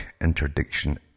interdiction